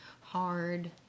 hard